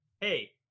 hey